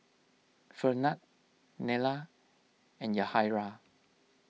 Fernand Nella and Yahaira